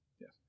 yes